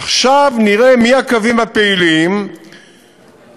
עכשיו נראה מה הם הקווים הפעילים המרוויחים,